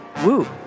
Woo